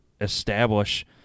establish